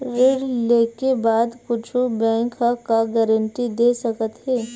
ऋण लेके बाद कुछु बैंक ह का गारेंटी दे सकत हे?